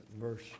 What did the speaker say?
verse